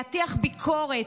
להטיח ביקורת,